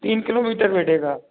तीन किलोमीटर बैठेगा